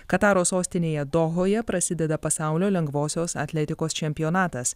kataro sostinėje dohoje prasideda pasaulio lengvosios atletikos čempionatas